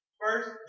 First